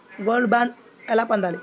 Gold bond ఎలా పొందాలి?